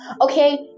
Okay